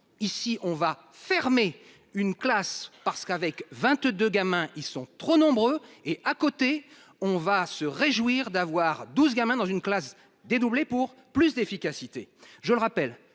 ici on va fermer une classe parce qu'avec 22 gamins ils sont trop nombreux et à côté on va se réjouir d'avoir 12 gamins dans une classe dédoublées pour plus d'efficacité, je le rappelle,